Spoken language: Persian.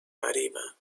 غریبم